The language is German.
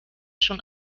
schon